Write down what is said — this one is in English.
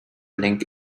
link